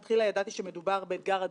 כמי שכיהנה בכנסת כיושבת-ראש שדולת